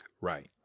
Right